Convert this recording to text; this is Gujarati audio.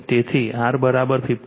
તેથી R56